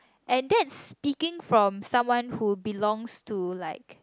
and that's speaking from someone who's belongs to like